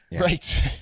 Right